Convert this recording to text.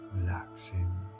relaxing